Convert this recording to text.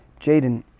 Jaden